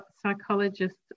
psychologist's